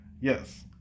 Yes